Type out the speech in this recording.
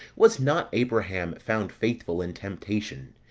was not abraham found faithful in temptation,